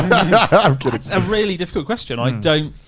yeah that's a really difficult question. i don't.